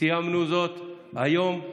סיימנו זאת היום.